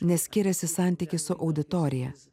nes skiriasi santykis su auditorija